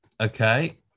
okay